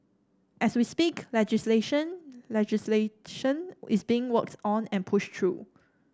as we speak legalisation legislation is being worked on and pushed through